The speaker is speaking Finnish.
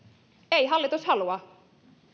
ei hallitus halua